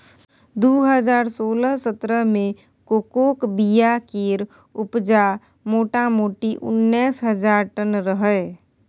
दु हजार सोलह सतरह मे कोकोक बीया केर उपजा मोटामोटी उन्नैस हजार टन रहय